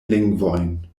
lingvojn